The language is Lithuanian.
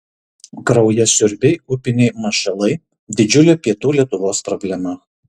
kraujasiurbiai upiniai mašalai didžiulė pietų lietuvos problema